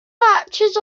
matches